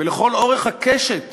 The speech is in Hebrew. ולכל אורך הקשת